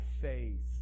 faith